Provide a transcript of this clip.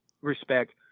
respect